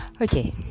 Okay